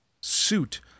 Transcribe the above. suit